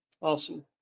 Awesome